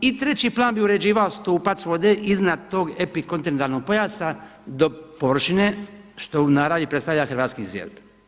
I treći plan bi uređivao stupac vode iznad tog epikontinentalnog pojasa do površine što u naravi predstavlja hrvatski ZERP.